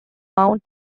mount